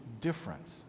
difference